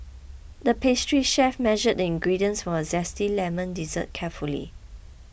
the pastry chef measured the ingredients for a Zesty Lemon Dessert carefully